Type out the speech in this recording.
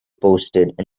posted